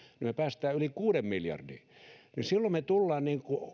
me pääsemme yli kuuden miljardin ja silloin me tulemme